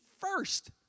first